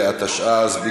התשע"ז 2017,